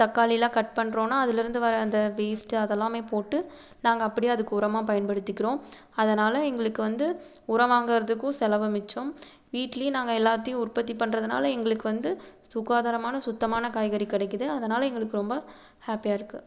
தக்காளிலாம் கட் பண்றோம்னா அதிலேருந்து வர அந்த வேஸ்ட் அதெல்லாம் போட்டு நாங்கள் அப்படியே அதுக்கு உரமாக பயன்படுத்திக்கிறோம் அதனால் எங்களுக்கு வந்து உரம் வாங்கிறதுக்கும் செலவு மிச்சம் வீட்லேயும் நாங்கள் எல்லாத்தையும் உற்பத்தி பண்ணுறதுனால எங்களுக்கு வந்து சுகாதாரமான சுத்தமான காய்கறி கிடைக்கிது அதனால் எங்களுக்கு ரொம்ப ஹாப்பியாக இருக்கு